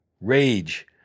rage